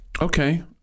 Okay